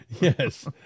Yes